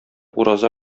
ураза